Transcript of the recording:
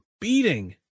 beating